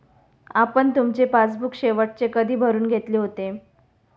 आपण तुमचे पासबुक शेवटचे कधी भरून घेतले होते?